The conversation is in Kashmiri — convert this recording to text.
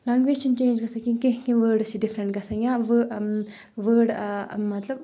لیٚنگویج چھنہٕ چینج گژھان کہیٖنٛۍ کینٛہہ کینٛہہ وٲڈٕس چھ ڈِفرَنٹ گژھان یا وٲ وٲڈ مطلب